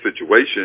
situation